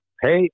hey